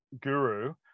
guru